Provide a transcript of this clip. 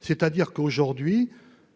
c'est-à-dire qu'aujourd'hui